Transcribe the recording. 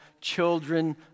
children